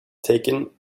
taken